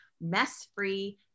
mess-free